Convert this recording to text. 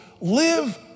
live